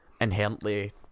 inherently